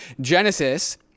Genesis